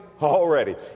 already